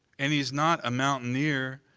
and he's not a mountaineer,